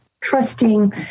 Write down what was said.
trusting